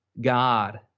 God